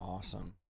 Awesome